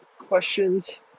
questions